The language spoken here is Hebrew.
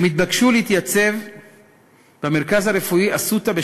הם התבקשו להתייצב במרכז הרפואי "אסותא"